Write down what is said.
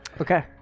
Okay